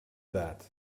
that